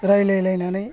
रायलाय लायनानै